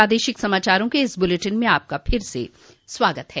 प्रादेशिक समाचारों के इस बुलेटिन में आपका फिर से स्वागत है